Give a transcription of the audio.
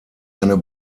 eine